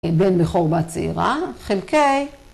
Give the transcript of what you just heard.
בן בכור בת צעירה חלקי